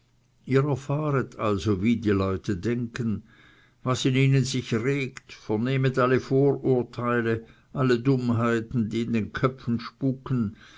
ihr erfahret also wie die leute denken was in ihnen sich regt vernehmet alle vorurteile alle dummheiten die in den köpfen spuken